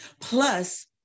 plus